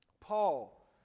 Paul